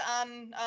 on